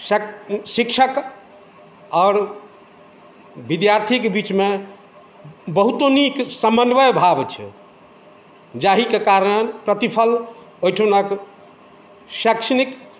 शक शिक्षक आओर विद्यार्थीके बीचमे बहुतो नीक समन्वय भाव छै जाहिके कारण प्रतिफल ओहिठामके शैक्षणिक